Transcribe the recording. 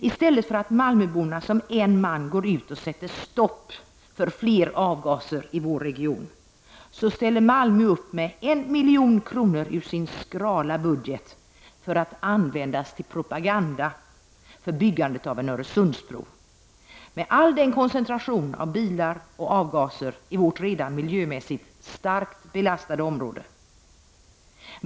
I stället för att malmöborna som en man går ut och sätter stopp för mer avgaser i vår region ställer Malmö upp med 1 milj.kr. ur sin skrala budget för att användas till propaganda för byggandet av en Öresundsbro med den koncentration av bilar och avgaser som detta innebär i vårt redan miljömässigt starkt belastade område.